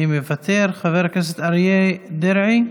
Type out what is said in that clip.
מוותרת, חבר הכנסת אריה דרעי,